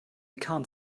can’t